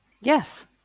Yes